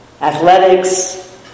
athletics